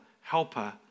helper